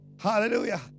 Hallelujah